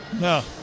No